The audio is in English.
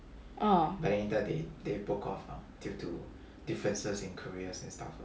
uh